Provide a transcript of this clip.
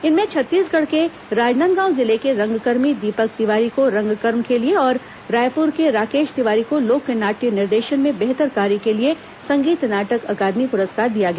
इनमें छत्तीसगढ़ के राजनांदगांव जिले के रंगकर्मी दीपक तिवारी को रंगकर्म के लिए और रायपुर के राकेश तिवारी को लोक नाट्य निर्देशन में बेहतर कार्य के लिए संगीत नाटक अकादमी पुरस्कार दिया गया